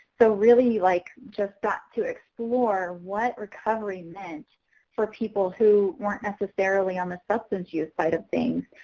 so really like just got to explore what recovery meant for people who weren't necessarily on the substance use side of things.